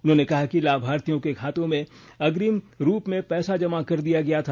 उन्होंने कहा कि लाभार्थियों के खातों में अग्रिम रूप में पैसा जमा कर दिया गया था